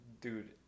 dude